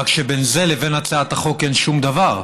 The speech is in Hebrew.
רק שבין זה לבין הצעת החוק אין שום דבר.